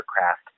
aircraft